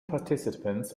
participants